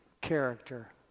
character